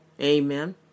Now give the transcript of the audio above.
Amen